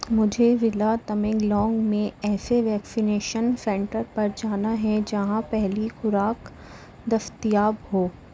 مجھے ضلع تمنگلونگ میں ایسے ویکسینیشن سینٹر پر جانا ہے جہاں پہلی خوراک دستیاب ہو